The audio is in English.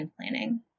planning